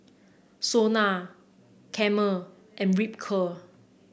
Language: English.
Sona Camel and Ripcurl